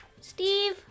Steve